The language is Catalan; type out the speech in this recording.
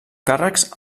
càrrecs